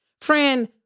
Friend